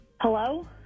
Hello